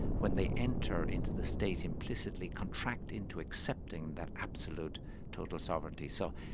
when they enter into the state implicitly contract into accepting that absolute total sovereignty. so,